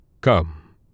Come